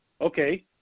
Okay